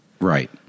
Right